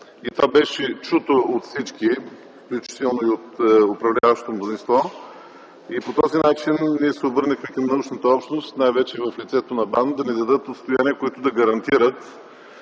и това беше чуто от всички, включително и от управляващото мнозинство. По този начин ние се обърнахме към научната общност най-вече в лицето на БАН да ни дадат отстояния, които да гарантират